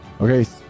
Okay